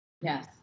yes